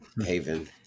Haven